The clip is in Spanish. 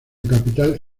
capital